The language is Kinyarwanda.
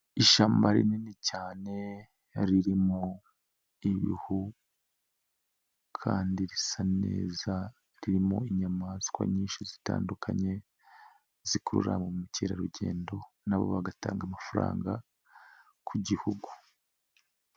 Ishamba rinini cyane ririmo ibihu kandi risa neza, ririmo inyamaswa nyinshi zitandukanye zikurura ba mukerarugendo na bo bagatanga amafaranga ku gihugu.